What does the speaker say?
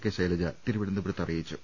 K Shailaja തിരുവനന്തപുരത്ത് അറിയിച്ചു